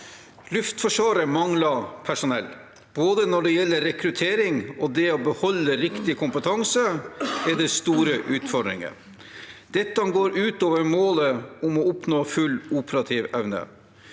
Luftforsvaret mangler personell. Både når det gjelder rekruttering og det å beholde riktig kompetanse, er det i dag store utfordringer. Dette går utover målet om å oppnå full operativ evne.